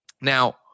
now